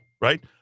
right